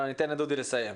אבל ניתן לדודי לסיים.